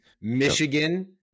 Michigan